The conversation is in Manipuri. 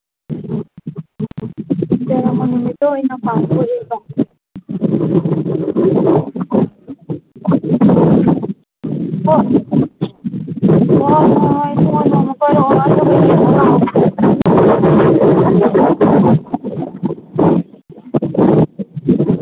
ꯖꯔꯃ ꯅꯨꯃꯤꯠꯇ ꯑꯣꯏꯅ ꯄꯥꯡꯊꯣꯛꯑꯦꯕ ꯍꯣꯏꯍꯣꯏ ꯏꯕꯨꯡꯉꯣ ꯅꯣꯡꯃ ꯀꯣꯏꯔꯛꯑꯣ ꯑꯗꯨꯒ ꯌꯦꯡꯉꯣ ꯂꯥꯛꯑꯣ